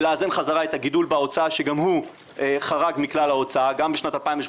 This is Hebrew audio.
ולאזן חזרה את הגידול בהוצאה שגם הוא חרג מכלל ההוצאה גם בשנת 2018,